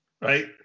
Right